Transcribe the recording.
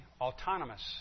autonomous